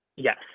Yes